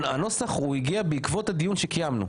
הנוסח הוא הגיע בעקבות הדיון שקיימנו.